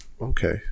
Okay